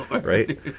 Right